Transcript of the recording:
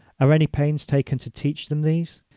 are any pains taken to teach them these?